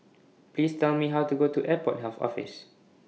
Please Tell Me How to get to Airport Health Office